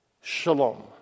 Shalom